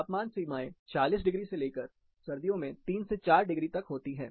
तापमान सीमाएं 46 डिग्री से लेकर सर्दियों में 3 4 डिग्री होती है